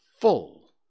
full